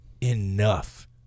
enough